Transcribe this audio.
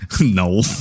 No